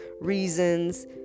reasons